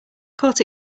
caught